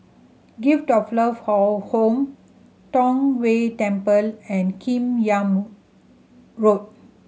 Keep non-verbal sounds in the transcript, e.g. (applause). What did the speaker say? Gift of Love (unintelligible) Home Tong Whye Temple and Kim Yam Road